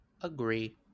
agree